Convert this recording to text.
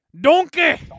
Donkey